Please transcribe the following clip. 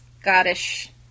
Scottish